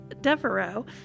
Devereaux